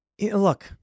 Look